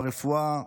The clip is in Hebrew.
ברפואה,